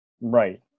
Right